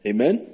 Amen